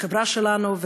בחברה שלנו,